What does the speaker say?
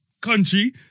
country